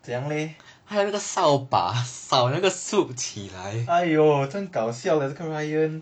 怎样嘞 !aiyo! 真搞笑 leh 这个 ryan